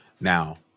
Now